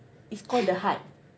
it's called the hut